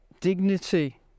dignity